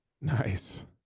Nice